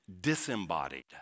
disembodied